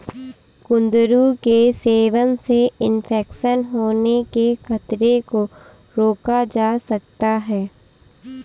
कुंदरू के सेवन से इन्फेक्शन होने के खतरे को रोका जा सकता है